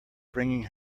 bringing